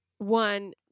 One